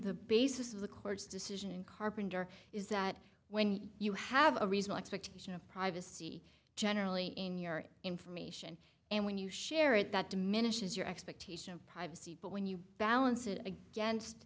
the basis of the court's decision in carpenter is that when you have a reason expectation of privacy generally in your information and when you share it that diminishes your expectation of privacy but when you balance it against